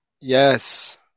Yes